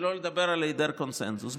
שלא לדבר על היעדר קונסנזוס.